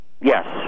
Yes